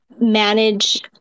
manage